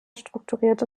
strukturierte